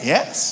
Yes